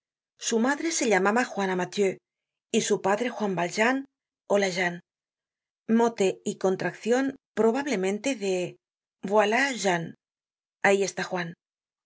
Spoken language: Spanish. su madre se llamaba juana mathieu y su padre juan valjean ó vlajean mote y contraccion probablemente de voilá jean ahí está juan